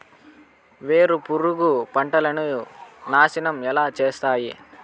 వేరుపురుగు పంటలని నాశనం ఎలా చేస్తాయి?